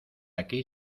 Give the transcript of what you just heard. aquí